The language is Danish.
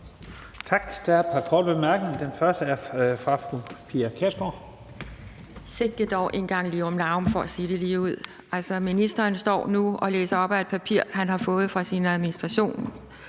Tak. Der er et par korte bemærkninger. Den første er fra fru Pia Kjærsgaard. Kl. 16:45 Pia Kjærsgaard (DF): Sikke dog en gang lirumlarum, for at sige det ligeud. Altså, ministeren står nu og læser op af et papir, han har fået fra sin administration